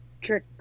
trick